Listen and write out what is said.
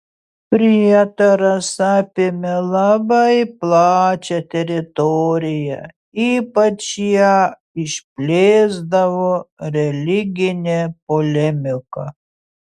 prietaras apėmė labai plačią teritoriją ypač ją išplėsdavo religinė polemika